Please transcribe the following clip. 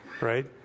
Right